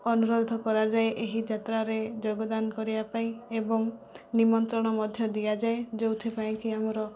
ଅନୁରୋଧ କରାଯାଏ ଏହି ଯାତ୍ରାରେ ଯୋଗଦାନ କରିବା ପାଇଁ ଏବଂ ନିମନ୍ତ୍ରଣ ମଧ୍ୟ ଦିଆଯାଏ ଯେଉଁଥିପାଇଁ କି ଆମର